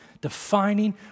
defining